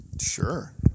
Sure